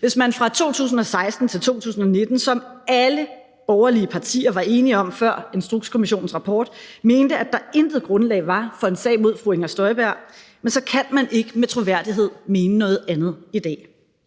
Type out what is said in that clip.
Hvis man fra 2016 til 2019, som alle borgerlige partier var enige om før Instrukskommissionens rapport, mente, at der intet grundlag var for en sag mod fru Inger Støjberg, kan man ikke med troværdighed mene noget andet i dag.